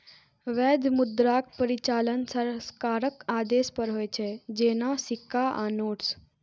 वैध मुद्राक परिचालन सरकारक आदेश पर होइ छै, जेना सिक्का आ नोट्स